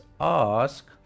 Ask